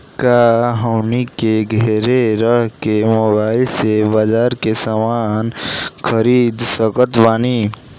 का हमनी के घेरे रह के मोब्बाइल से बाजार के समान खरीद सकत बनी?